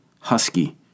husky